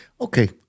Okay